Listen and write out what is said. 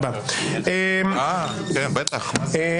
אצלכם, אתם בשלטון 40 שנה.